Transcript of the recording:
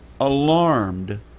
alarmed